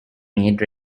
made